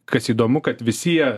kas įdomu kad visi jie